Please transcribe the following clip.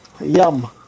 yum